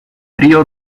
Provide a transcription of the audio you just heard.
río